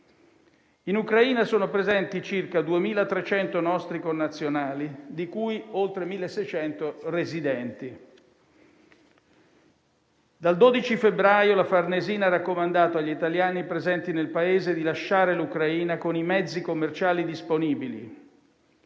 In Ucraina sono presenti circa 2.300 nostri connazionali, di cui oltre 1.600 residenti. Dal 12 febbraio la Farnesina ha raccomandato agli italiani presenti nel Paese di lasciare l'Ucraina con i mezzi commerciali disponibili.